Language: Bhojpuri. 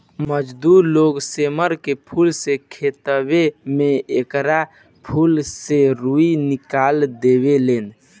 मजदूर लोग सेमर के फूल से खेतवे में एकरा फूल से रूई निकाल देवे लेन